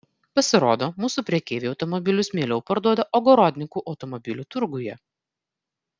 pasirodo mūsų prekeiviai automobilius mieliau parduoda ogorodnikų automobilių turguje